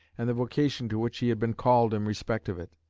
and the vocation to which he had been called in respect of it.